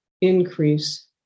increase